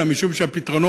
אלא משום שהפתרונות